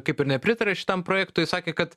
kaip ir nepritarė šitam projektui sakė kad